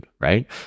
Right